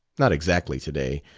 not exactly to-day.